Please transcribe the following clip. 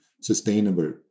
sustainable